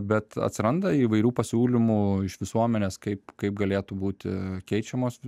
bet atsiranda įvairių pasiūlymų iš visuomenės kaip kaip galėtų būti keičiamos